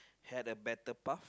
had a better path